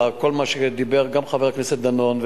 כל מה שדיבר גם חבר הכנסת דנון,